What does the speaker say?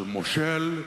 של מושל,